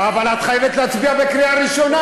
אבל את חייבת להצביע בקריאה ראשונה.